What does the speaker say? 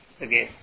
again